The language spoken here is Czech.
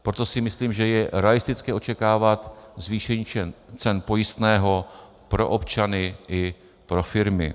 Proto si myslím, že je realistické očekávat zvýšení cen pojistného pro občany i pro firmy.